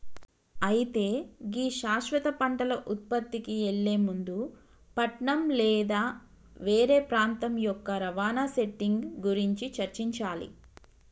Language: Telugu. అయితే గీ శాశ్వత పంటల ఉత్పత్తికి ఎళ్లే ముందు పట్నం లేదా వేరే ప్రాంతం యొక్క రవాణా సెట్టింగ్ గురించి చర్చించాలి